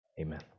Amen